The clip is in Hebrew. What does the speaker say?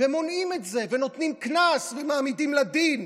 ומונעים את זה ונותנים קנס ומעמידים לדין.